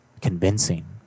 convincing